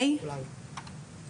(ב) בתוך 45 ימים מיום הגשתה וימסור